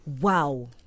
Wow